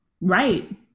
right